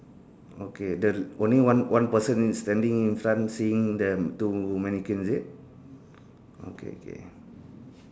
okay the only one one person is standing in front seeing the two mannequin is it okay okay